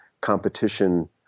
competition –